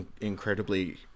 incredibly